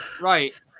Right